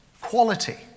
quality